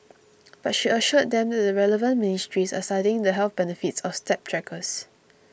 but she assured them that the relevant ministries are studying the health benefits of step trackers